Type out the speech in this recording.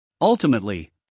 Ultimately